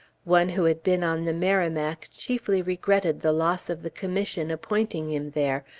one who had been on the merrimac chiefly regretted the loss of the commission appointing him there,